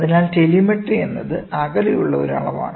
അതിനാൽ ടെലിമെട്രി എന്നത് അകലെയുള്ള ഒരു അളവാണ്